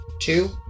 Two